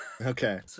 Okay